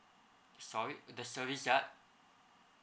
sorry the service yard